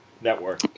network